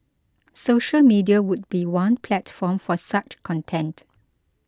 social media would be one platform for such content